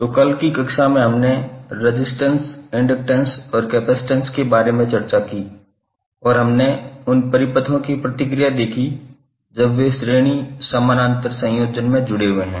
तो कल की कक्षा में हमने रेजिस्टेंस इंडक्टैंस और कपसिटंस के बारे में चर्चा की और हमने उन परिपथों की प्रतिक्रिया देखी जब वे श्रेणी समानांतर संयोजन में जुड़े हुए हैं